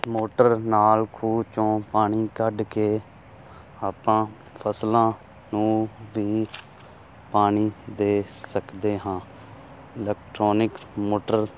motor ਨਾਲ ਖੂਹ 'ਚੋਂ ਪਾਣੀ ਕੱਢ ਕੇ ਆਪਾਂ ਫਸਲਾਂ ਨੂੰ ਵੀ ਪਾਣੀ ਦੇ ਸਕਦੇ ਹਾਂ ਇਲੈਕਟ੍ਰੋਨਿਕ ਮੋਟਰ